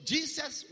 Jesus